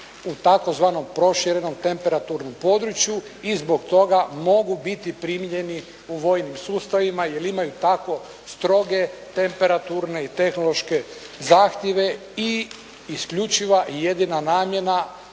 u tzv. proširenom temperaturnom području i zbog toga mogu biti primljeni u vojnim sustavima, jer imaju tako stroge temperaturne i tehnološke zahtjeve i isključiva i jedina namjena,